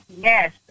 Yes